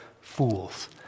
fools